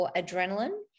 adrenaline